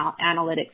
analytics